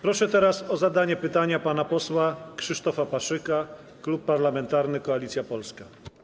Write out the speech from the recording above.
Proszę teraz o zadanie pytania pana posła Krzysztofa Paszyka, Klub Parlamentarny Koalicja Polska.